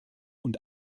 und